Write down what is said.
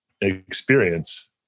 experience